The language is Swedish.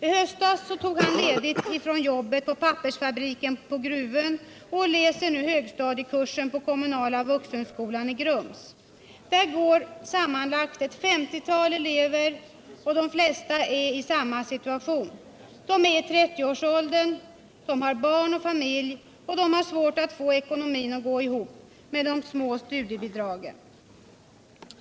I höstas tog han ledigt från jobbet på pappersfabriken på Gruvön och läser nu högstadiekursen på kommunala vuxenskolan i Grums. Där går sammanlagt ett 50-tal elever och de flesta är i samma situation — de är i 30 årsåldern, de har barn och familj, de har svårt att få ekonomin att gå ihop med de små studiebidragen.